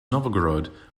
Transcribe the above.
novgorod